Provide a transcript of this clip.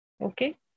Okay